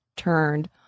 turned